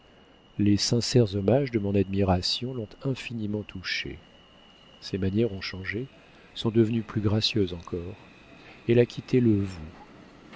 les sincères hommages de mon admiration l'ont infiniment touchée ses manières ont changé sont devenues plus gracieuses encore elle a quitté le vous